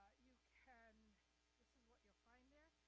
you can, this is what you'll find there.